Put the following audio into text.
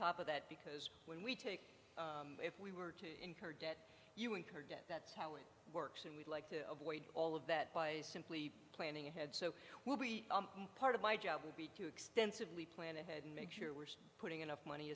top of that because when we take if we were to incur debt you incur debt that's how it works and we'd like to avoid all of that by simply planning ahead so we'll be part of my job would be to extensively plan to make sure we're putting enough money